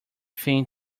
thing